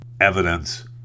evidence